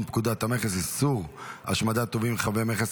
פקודת המכס (איסור השמדת טובין חבי מכס),